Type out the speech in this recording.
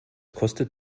kostet